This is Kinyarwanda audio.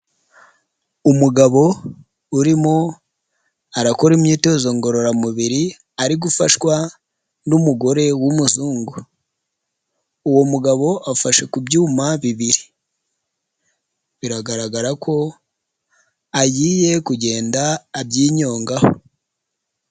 Umugabo urimo arakora imyitozo ngororamubiri ari gufashwa n'umugore w'umuzungu, uwo mugabo afashe ku byuma bibiri biragaragara ko agiye kugenda abyongaho.